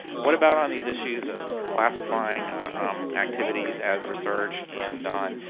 what about on these issues of classifying activities as research and on